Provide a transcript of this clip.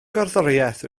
gerddoriaeth